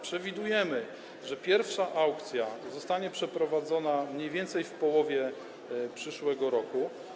Przewidujemy, że pierwsza aukcja zostanie przeprowadzona mniej więcej w połowie przyszłego roku.